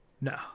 No